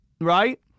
right